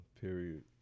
period